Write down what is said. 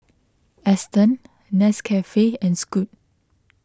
Astons Nescafe and Scoot